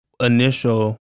initial